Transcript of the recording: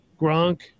Gronk